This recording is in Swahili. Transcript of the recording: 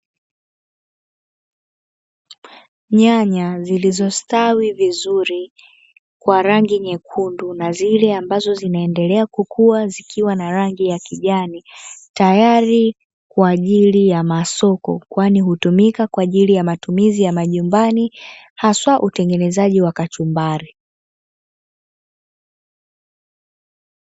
Nyanya zilizostawi vizuri kwa rangi nyekundu na zile ambazo zinaendelea kukua, zikiwa na rangi ya kijani tayari kwa ajili ya masoko kwani hutumika kwaa jili ya matumizi ya majumbani haswa utengenezaji wa kachumbari.